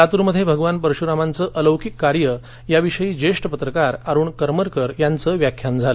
लातूरमध्ये भगवान परशुरामांचे अलौकिक कार्य याविषयी ज्येष्ठ पत्रकार अरुण करमरकर यांचं व्याख्यान झालं